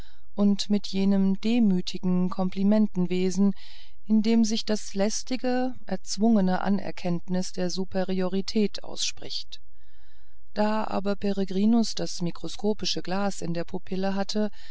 und mit jenem demütigen komplimentenwesen in dem sich das lästige erzwungene anerkenntnis der superiorität ausspricht da aber peregrinus das mikroskopische glas in der pupille hatte